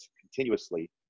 continuously